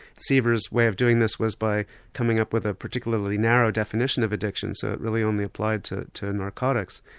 seevers' way of doing this was by coming up with a particularly narrow definition of addiction, so it really only applied to to narcotics.